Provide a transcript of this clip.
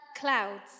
clouds